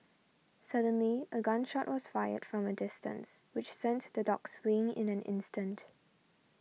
suddenly a gun shot was fired from a distance which sent the dogs fleeing in an instant